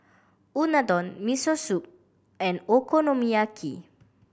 Unadon Miso Soup and Okonomiyaki